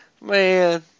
man